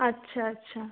আচ্ছা আচ্ছা